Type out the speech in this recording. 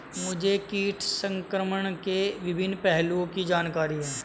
मुझे कीट संक्रमण के विभिन्न पहलुओं की जानकारी है